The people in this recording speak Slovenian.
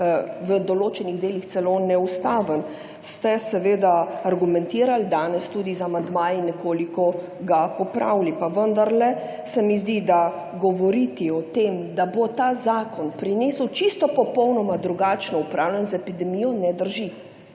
v določenih delih celo neustaven. Ste seveda argumentirali, danes tudi z amandmaji nekoliko ga popravili, pa vendarle, se mi zdi, da govoriti o tem, da bo ta zakon prinesel čisto popolnoma drugačno upravljanje z epidemijo, ne drži.